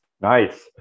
Nice